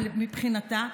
מבחינתה,